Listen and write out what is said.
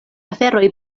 aferoj